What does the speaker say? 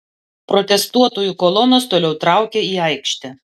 protestuotojų kolonos toliau traukia į aikštę